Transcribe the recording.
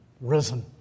risen